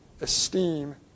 Esteem